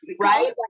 right